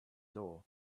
door